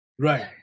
Right